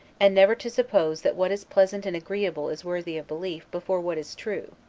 and never to suppose that what is pleasant and agreeable is worthy of belief before what is true,